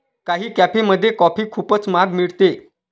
काही कॅफेमध्ये कॉफी खूपच महाग मिळते